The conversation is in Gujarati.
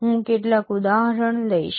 હું કેટલાક ઉદાહરણ લઈશ